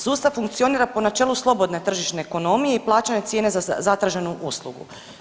Sustav funkcionira po načelu slobodne tržišne ekonomije i plaćanja cijene za zatraženu uslugu.